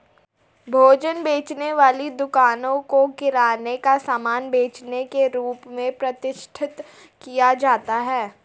भोजन बेचने वाली दुकानों को किराने का सामान बेचने के रूप में प्रतिष्ठित किया जाता है